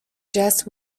just